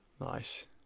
Nice